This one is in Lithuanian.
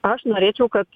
aš norėčiau kad